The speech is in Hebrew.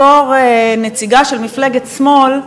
בתור נציגה של מפלגת שמאל,